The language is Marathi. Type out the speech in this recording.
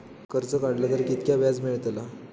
कर्ज काडला तर कीतक्या व्याज मेळतला?